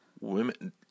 Women